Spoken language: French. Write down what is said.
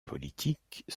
politiques